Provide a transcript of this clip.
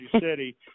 City